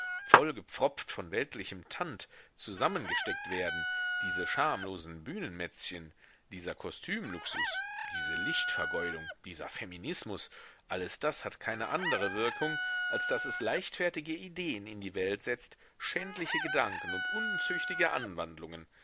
vollgepfropft von weltlichem tand zusammengesteckt werden diese schamlosen bühnenmätzchen dieser kostümluxus diese lichtvergeudung dieser feminismus alles das hat keine andre wirkung als daß es leichtfertige ideen in die welt setzt schändliche gedanken und unzüchtige anwandlungen